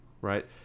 right